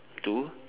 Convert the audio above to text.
to